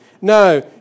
No